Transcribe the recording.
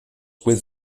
with